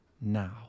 now